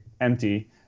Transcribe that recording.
empty